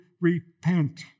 repent